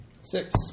Six